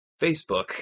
Facebook